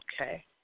Okay